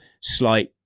slight